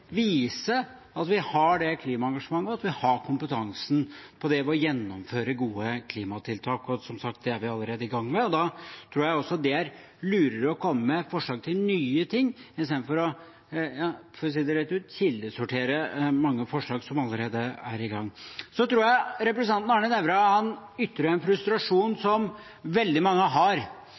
at vi har det klimaengasjementet, og at vi har kompetansen, ved å gjennomføre gode klimatiltak. Som sagt: Det er vi allerede i gang med. Da tror jeg også det er lurere å komme med forslag til nye ting i stedet for å, for å si det rett ut, kildesortere mange forslag som vi allerede er i gang med. Representanten Arne Nævra ytrer en frustrasjon som jeg tror veldig mange har,